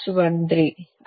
025 ಅಂದರೆ